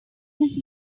this